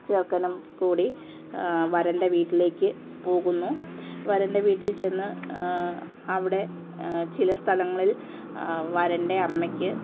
ചെറുക്കനും കൂടി വരൻ്റെ വീട്ടിലേക്ക് പോകുന്നു വരൻ്റെ വീട്ടിൽ ചെന്ന് അവിടെ ചില സ്ഥലങ്ങളിൽ വരൻ്റെ അമ്മയ്ക്ക്